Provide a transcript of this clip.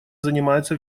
занимается